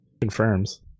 Confirms